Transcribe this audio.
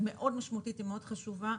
היא מאוד משמעותית ומאוד חשובה.